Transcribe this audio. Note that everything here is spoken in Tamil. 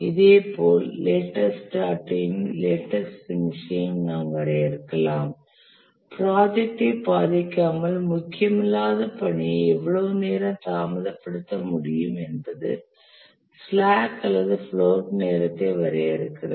இதேபோல் லேட்டஸ்ட் ஸ்டார்டையும் லேட்டஸ்ட் பினிஷையும் நாம் வரையறுக்கலாம் ப்ராஜெக்டை பாதிக்காமல் முக்கியமில்லாத பணியை எவ்வளவு நேரம் தாமதப்படுத்த முடியும் என்பது ஸ்லாக் அல்லது பிளோட் நேரத்தை வரையறுக்கிறது